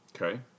Okay